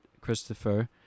Christopher